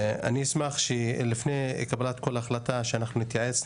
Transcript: אני אשמח שלפני קבלת כל החלטה שאנחנו נתייעץ,